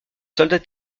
soldats